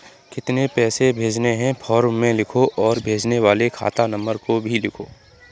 कितने पैसे भेजने हैं फॉर्म में लिखो और भेजने वाले खाता नंबर को भी लिखो